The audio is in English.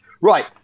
Right